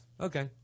Okay